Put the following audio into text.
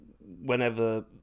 whenever